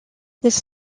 this